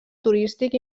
turístic